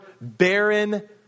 barren